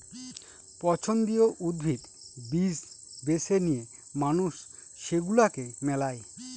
পছন্দীয় উদ্ভিদ, বীজ বেছে নিয়ে মানুষ সেগুলাকে মেলায়